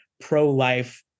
pro-life